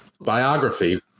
Biography